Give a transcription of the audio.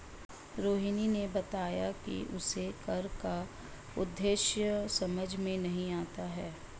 रोहिणी ने बताया कि उसे कर का उद्देश्य समझ में नहीं आता है